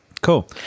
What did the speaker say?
Cool